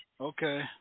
Okay